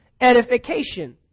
edification